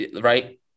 right